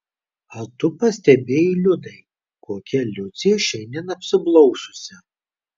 ar tu pastebėjai liudai kokia liucė šiandien apsiblaususi